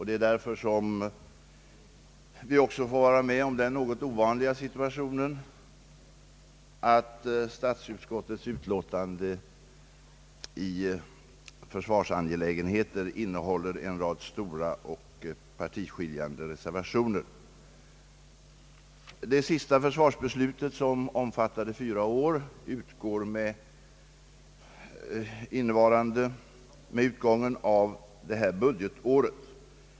Det är därför som vi också får vara med om den något ovanliga situationen att statsutskottets utlåtande i försvarsangelägenheter innehåller en rad stora och partiskiljande reservationer. Det senaste försvarsbeslutet, som omfattade fyra år, utgår med utgången av det här budgetåret.